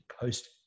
post